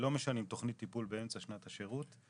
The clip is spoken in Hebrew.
לא משנים תכנית טיפול באמצע שנת השירות.